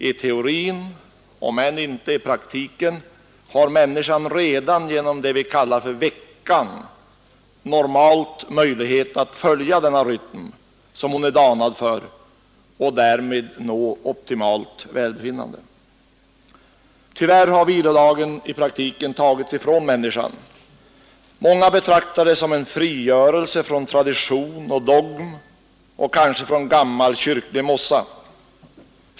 I teorin, om än inte i praktiken, har människan redan genom det vi kallar veckan normalt möjlighet att följa den rytm hon är danad för och därmed nå optimalt välbefinnande. Tyvärr har vilodagen i praktiken tagits ifrån människan. Många betraktar det som en frigörelse från tradition och dogm och kanske från gammal kyrklig mossa.